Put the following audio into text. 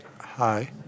Hi